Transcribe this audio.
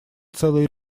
целый